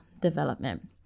development